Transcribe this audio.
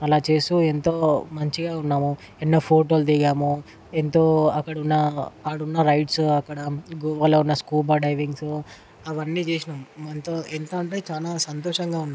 అలా చేస్తూ ఎంతో మంచిగా ఉన్నాము ఎన్నో ఫోటోలు దిగాము ఎంతో అక్కడున్న అక్కడున్న లైట్సూ అక్కడ గోవాలో ఉన్న స్కూబా డ్రైవింగ్సు అవన్నీ చేసినాము ఎంత అంటే చాలా సంతోషంగా ఉన్నాం